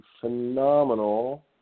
phenomenal